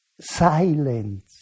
silence